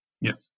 yes